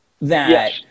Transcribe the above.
that-